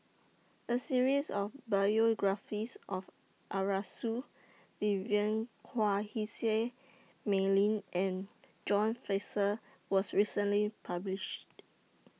A series of biographies of Arasu Vivien Quahe Seah Mei Lin and John Fraser was recently published